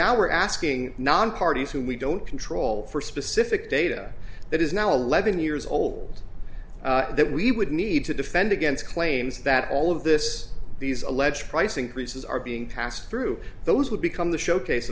now we're asking non parties who we don't control for specific data that is now eleven years old that we would need to defend against claims that all of this these alleged price increases are being passed through those would become the showcase